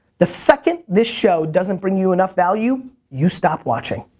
the second this show doesn't bring you enough value, you stop watching.